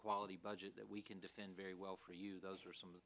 quality budget that we can defend very well for you those are some